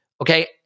Okay